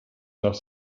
nach